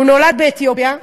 הוא נולד באתיופיה,